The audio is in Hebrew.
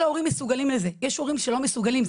מסוגלים לזה, יש הורים שלא מסוגלים.